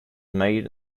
made